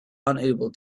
unable